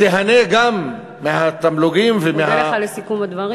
תיהנה גם מהתמלוגים אודה על סיכום הדברים.